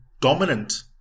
dominant